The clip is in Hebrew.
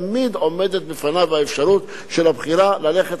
תמיד עומדת בפניו האפשרות של הבחירה ללכת